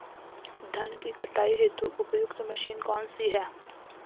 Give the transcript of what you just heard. धान की कटाई हेतु उपयुक्त मशीन कौनसी है?